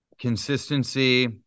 Consistency